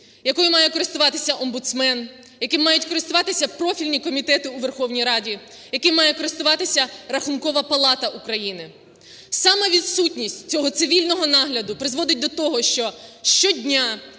якою має користуватися омбудсмен, яким мають користуватися профільні комітети у Верховній Раді, яким має користуватися Рахункова палата України. Саме відсутність цього цивільного нагляду призводить до того, що щодня